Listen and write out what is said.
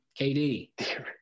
KD